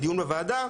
בדיון בוועדה,